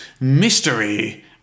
mystery